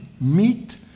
meet